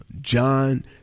John